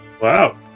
Wow